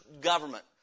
government